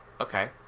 okay